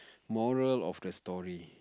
moral of the story